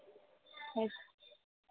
yes